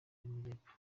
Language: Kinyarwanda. y’amajyepfo